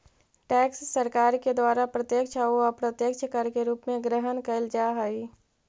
tax सरकार के द्वारा प्रत्यक्ष अउ अप्रत्यक्ष कर के रूप में ग्रहण कैल जा हई